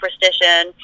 superstition